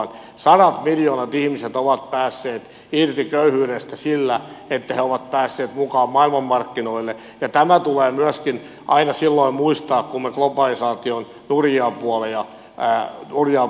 sadat miljoonat ihmiset ovat päässeet irti köyhyydestä sillä että he ovat päässeet mukaan maailmanmarkkinoille ja tämä tulee myöskin aina silloin muistaa kun me globalisaation nurjista puolista puhumme